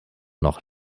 noch